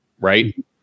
right